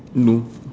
no